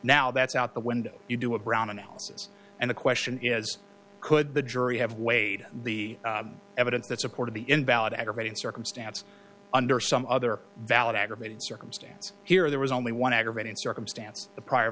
now that's out the window you do a brown analysis and the question is could the jury have weighed the evidence that supported the invalid aggravating circumstance under some other valid aggravating circumstance here there was only one aggravating circumstance the prior